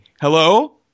Hello